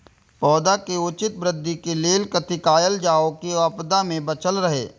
पौधा के उचित वृद्धि के लेल कथि कायल जाओ की आपदा में बचल रहे?